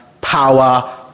power